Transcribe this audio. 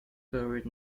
buried